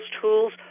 tools